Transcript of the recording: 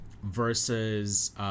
versus